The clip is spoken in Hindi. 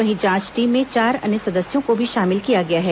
वहीं जांच टीम में चार अन्य सदस्यों को भी शामिल किया गया है